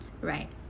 right